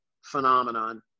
phenomenon